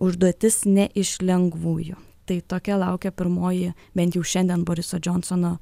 užduotis ne iš lengvųjų tai tokia laukia pirmoji bent jau šiandien boriso džonsono